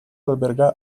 alberga